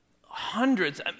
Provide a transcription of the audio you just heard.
hundreds